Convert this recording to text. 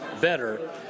better